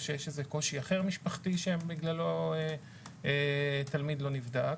שיש איזה קושי אחר משפחתי שבגללו תלמיד לא נבדק,